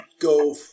go